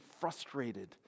frustrated